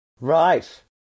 Right